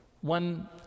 One